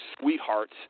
sweethearts